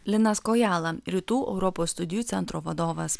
linas kojala rytų europos studijų centro vadovas